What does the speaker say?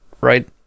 right